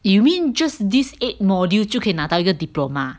you mean just this eight module 就可以拿到一个 diploma